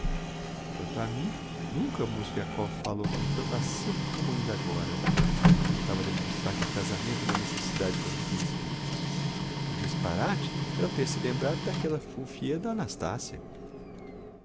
quanto a mim nunca o mozgliakov falou com tanto acerto como ainda agora quando tentava demonstrar que o casamento é uma necessidade para o principe o disparate era o ter-se lembrado d'aquella fufia da